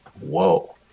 whoa